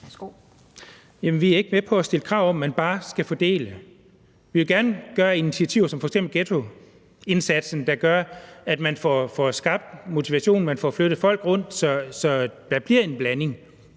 vi er ikke med på at stille krav om, at man bare skal fordele børnene. Vi vil gerne tage initiativer som f.eks. ghettoindsatsen, der gør, at man får skabt motivation, og at man får flyttet folk rundt, så der bliver en blanding.